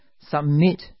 submit